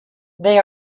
they